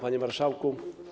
Panie Marszałku!